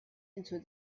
into